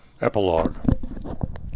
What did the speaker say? Epilogue